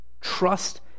trust